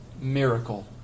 Miracle